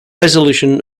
resolution